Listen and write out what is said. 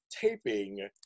taping